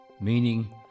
meaning